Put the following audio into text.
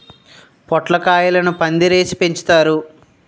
పొట్లకాయలను పందిరేసి పెంచుతారు